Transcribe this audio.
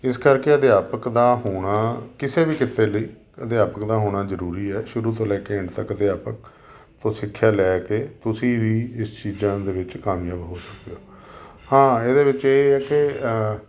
ਇਸ ਕਰਕੇ ਅਧਿਆਪਕ ਦਾ ਹੋਣਾ ਕਿਸੇ ਵੀ ਕਿੱਤੇ ਲਈ ਅਧਿਆਪਕ ਦਾ ਹੋਣਾ ਜ਼ਰੂਰੀ ਹੈ ਸ਼ੁਰੂ ਤੋਂ ਲੈ ਕੇ ਐਂਡ ਤੱਕ ਅਧਿਆਪਕ ਤੋਂ ਸਿੱਖਿਆ ਲੈ ਕੇ ਤੁਸੀਂ ਵੀ ਇਸ ਚੀਜ਼ਾਂ ਦੇ ਵਿੱਚ ਕਾਮਯਾਬ ਹੋ ਸਕਦੇ ਹੋ ਹਾਂ ਇਹਦੇ ਵਿੱਚ ਇਹ ਹੈ ਕਿ